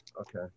Okay